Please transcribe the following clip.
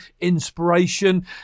inspiration